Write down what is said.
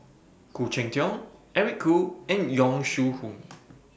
Khoo Cheng Tiong Eric Khoo and Yong Shu Hoong